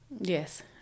Yes